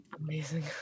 Amazing